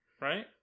right